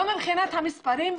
לא מבחינת המספרים,